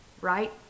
right